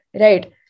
right